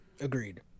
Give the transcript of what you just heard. Agreed